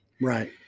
Right